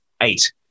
eight